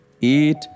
Eat